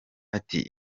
ati